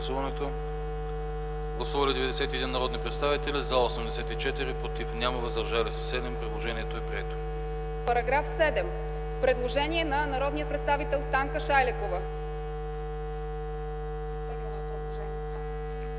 Параграф 7 – предложение на народния представител Станка Шайлекова.